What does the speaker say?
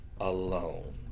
alone